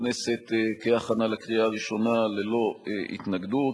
הכנסת כהכנה לקריאה ראשונה ללא התנגדות.